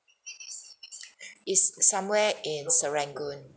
it's somewhere in serangoon